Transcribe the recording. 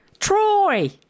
Troy